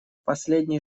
последние